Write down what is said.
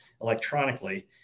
electronically